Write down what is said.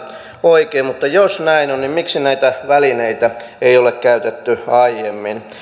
oikein mutta jos näin on niin miksi näitä välineitä ei ole käytetty aiemmin